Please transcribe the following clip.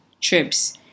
trips